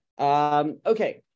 Okay